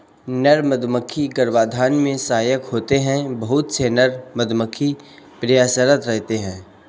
नर मधुमक्खी गर्भाधान में सहायक होते हैं बहुत से नर मधुमक्खी प्रयासरत रहते हैं